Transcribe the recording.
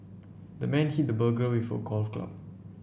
the man hit the burglar with a golf club